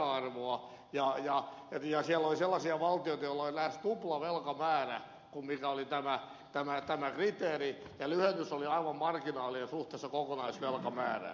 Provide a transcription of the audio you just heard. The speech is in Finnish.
siellä oli sellaisia valtioita joilla oli lähes tuplasti se määrä velkaa kuin mikä oli tämä kriteeri ja lyhennys oli aivan marginaalinen suhteessa kokonaisvelkamäärään